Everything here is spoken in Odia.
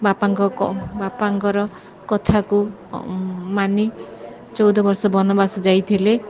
ବାପାଙ୍କ ବାପାଙ୍କର କଥାକୁ ମାନି ଚଉଦ ବର୍ଷ ବନବାସ ଯାଇଥିଲେ